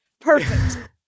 perfect